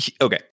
okay